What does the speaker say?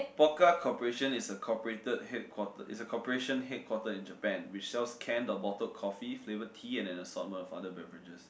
Pokka corporation is a corporated headquater is a corporation headquarter in Japan which sells canned or bottled coffee flavoured tea and assortments of other beverages